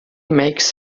makes